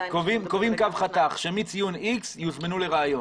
קובעים קו חתך שמציון איקס יוזמנו לראיון.